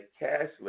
cashless